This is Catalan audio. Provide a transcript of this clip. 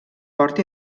port